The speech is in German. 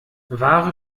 wahre